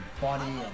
funny